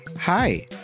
Hi